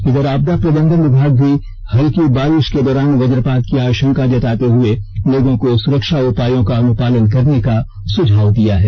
इधर आपदा प्रबंधन विभाग भी हल्की बारिष के दौरान वज्रपात की आषंका जताते हुए लोगों को सुरक्षा उपायों का अनुपालन करने का सुझाव दिया है